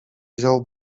wziął